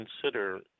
consider